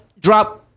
drop